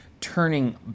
turning